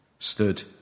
stood